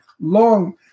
Long